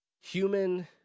human